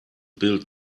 build